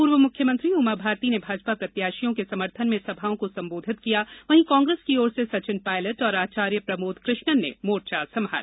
पूर्व मुख्यमंत्री उमा भारती ने भाजपा प्रत्याशियों के समर्थन में सभाओं को संबोधित किया वहीं कांग्रेस की ओर से सचिन पायलट और आचार्य प्रमोद कृष्णन ने मोर्चा संभाला